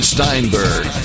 Steinberg